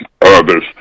others